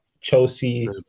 Chelsea